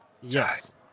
Yes